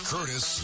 Curtis